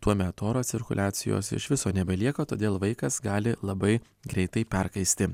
tuomet oro cirkuliacijos iš viso nebelieka todėl vaikas gali labai greitai perkaisti